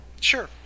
Sure